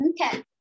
Okay